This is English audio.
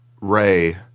Ray